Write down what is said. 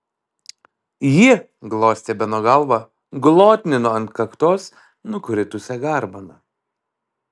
ji glostė beno galvą glotnino ant kaktos nukritusią garbaną